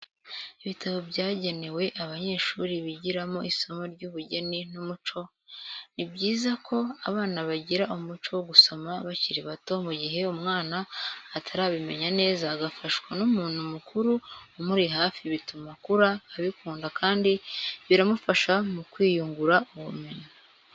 Ibitabo byagewe abanyeshuri bigiramo isomo ry'ubugeni n'umuco, ni byiza ko abana bagira umuco wo gusoma bakiri bato mu gihe umwana atarabimenya neza agafashwa n'umuntu mukuru umuri hafi bituma akura abikunda kandi biramufasha mu kwiyungura ubumenyi.